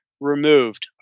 removed